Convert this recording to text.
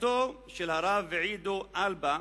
בראשותו של הרב עידו אלבה,